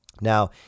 Now